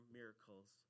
miracles